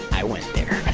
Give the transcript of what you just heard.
i went there